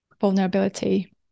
vulnerability